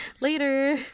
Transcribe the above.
later